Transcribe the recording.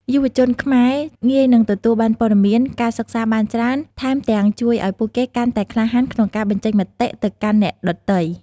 យុវជនខ្មែរងាយនឹងទទួលបានព័ត៌មាន ការសិក្សាបានច្រើន ថែមទាំងជួយឲ្យពួកគេកាន់តែក្លាហានក្នុងការបញ្ចេញមតិទៅកាន់អ្នកដទៃ។